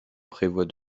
prévoit